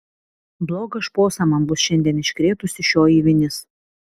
blogą šposą man bus šiandien iškrėtusi šioji vinis